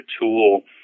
tool